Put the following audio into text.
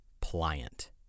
pliant